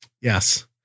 Yes